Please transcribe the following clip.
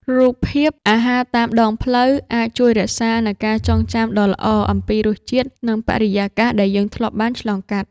រូបភាពអាហារតាមដងផ្លូវ អាចជួយរក្សានូវការចងចាំដ៏ល្អអំពីរសជាតិ និងបរិយាកាសដែលយើងធ្លាប់បានឆ្លងកាត់។